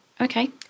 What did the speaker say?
Okay